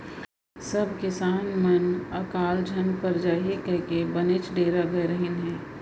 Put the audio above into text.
सब किसान मन अकाल झन पर जाही कइके बनेच डेरा गय रहिन हें